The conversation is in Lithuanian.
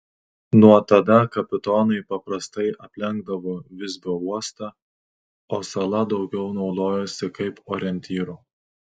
nuo tada kapitonai paprastai aplenkdavo visbio uostą o sala daugiau naudojosi kaip orientyru